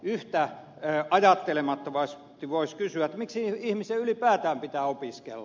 yhtä ajattelemattomasti voisi kysyä miksi ihmisen ylipäätään pitää opiskella